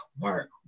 work